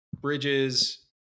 Bridges